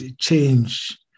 change